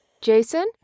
Jason